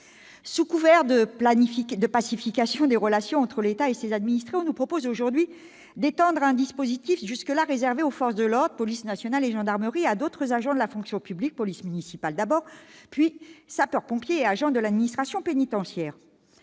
Sous couvert de pacification des relations entre l'État et ses administrés, on nous propose aujourd'hui d'étendre un dispositif jusque-là réservé aux forces de l'ordre- police nationale et gendarmerie -à d'autres agents de la fonction publique : policiers municipaux, d'abord, puis sapeurs-pompiers et agents de l'administration pénitentiaire.